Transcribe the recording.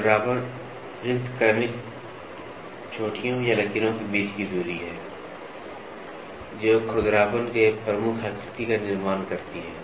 खुरदरापन रिक्ति क्रमिक चोटियों या लकीरों के बीच की दूरी है जो खुरदरापन के प्रमुखआकृति का निर्माण करती है